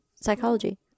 psychology